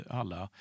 alla